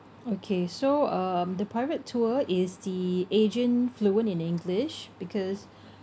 okay so um the private tour is the agent fluent in english because